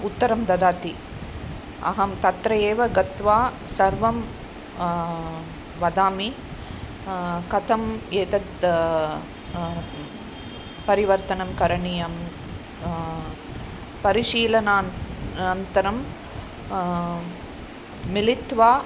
उत्तरं ददाति अहं तत्र एव गत्वा सर्वं वदामि कथम् एतत् परिवर्तनं करणीयं परिशीलनानन्तरं मिलित्वा